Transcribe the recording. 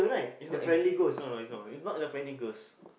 is not is no no is no no is not the friendly ghost